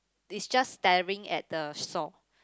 is just staring at the saw